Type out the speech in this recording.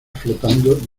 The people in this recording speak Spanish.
flotando